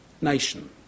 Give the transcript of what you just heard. nation